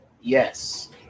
Yes